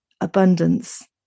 abundance